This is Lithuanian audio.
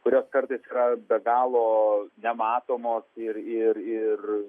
kurios kartais yra be galo nematomos ir ir ir